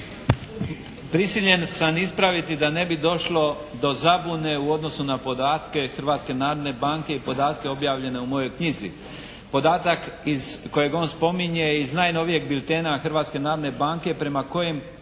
Prisiljen sam ispraviti da ne bi došlo do zabune u odnosu na podatke Hrvatske narodne banke i podatke objavljene u mojoj knjizi. Podatak kojeg on spominje iz najnovijeg biltena Hrvatske narodne banke prema kojem